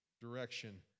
direction